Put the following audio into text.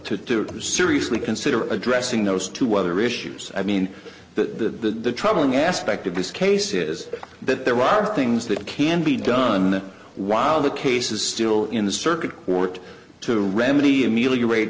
to seriously consider addressing those two other issues i mean the troubling aspect of this case is that there are things that can be done while the case is still in the circuit court to remedy ameliorate